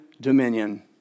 dominion